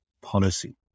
policy